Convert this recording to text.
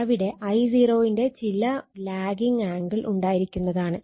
അവിടെ I0 ൻറെ ചില ലാഗിങ് ആംഗിൾ ഉണ്ടായിരിക്കുന്നതാണ്